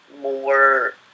more